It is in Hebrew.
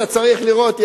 אתה צריך לראות,